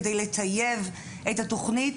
כדי לטייב את התוכנית,